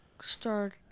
Start